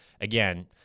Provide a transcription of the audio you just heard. again